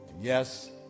Yes